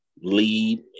lead